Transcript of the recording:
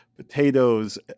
potatoes